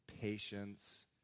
patience